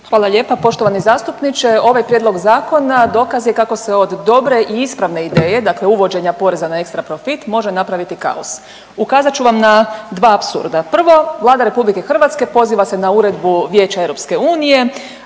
Hvala lijepa. Poštovani zastupniče, ovaj prijedlog zakona dokaz je kako se od dobre i ispravne ideje, dakle uvođenja poreza na ekstra profit može napraviti kaos. Ukazat ću vam na dva apsurda, prvo Vlada RH poziva se na Uredbu Vijeća EU koja